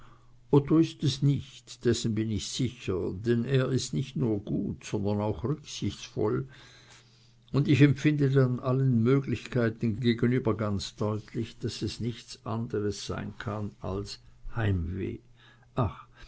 otto ist es nicht dessen bin ich sicher denn er ist nicht nur gut sondern auch rücksichtsvoll und ich empfinde dann allen möglichkeiten gegen über ganz deutlich daß es nichts anderes sein kann als heimweh ach